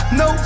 no